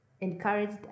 encouraged